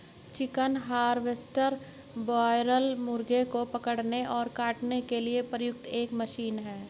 chicken harvester broiler मुर्गों को पकड़ने और काटने के लिए प्रयुक्त एक मशीन है